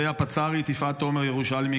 והפצ"רית יפעת תומר-ירושלמי,